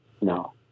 no